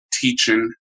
teaching